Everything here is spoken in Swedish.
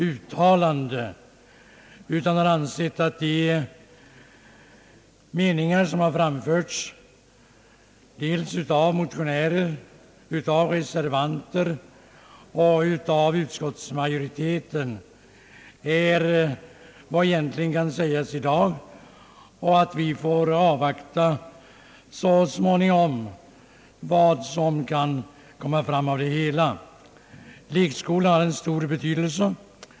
Utskottet har ansett att de meningar som framförts dels av motionärer och reservanter, dels av utskottets majoritet är vad man egentligen kan säga i dag — vi får avvakta vad som så småningom kan komma fram av det hela. Lekskolorna har stor betydelse.